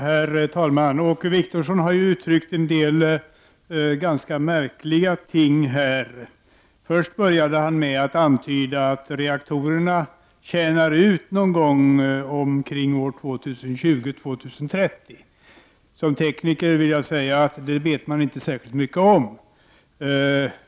Herr talman! Åke Wictorsson har uttalat en del ganska märkliga saker här. Han började med att antyda att kärnkraftsreaktorerna har tjänat ut någon gång omkring åren 2020-2030. Som tekniker vill jag säga att det vet man inte särskilt mycket om.